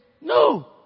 No